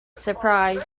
surprised